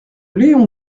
léon